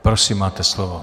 Prosím, máte slovo.